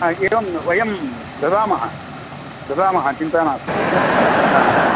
हा एवं वयं दद्मः दद्मः चिन्ता नास्ति ह